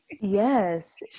yes